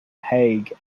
hague